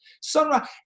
Sunrise